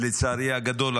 לצערי הגדול,